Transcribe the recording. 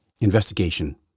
investigation